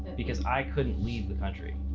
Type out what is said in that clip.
because i couldn't leave the country.